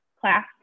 class